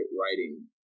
writing